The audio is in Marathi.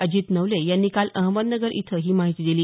अजित नवले यांनी काल अहमदनगर इथं ही माहिती दिली